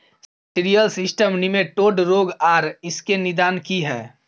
Cereal system nematode रोग आर इसके निदान की हय?